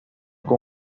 con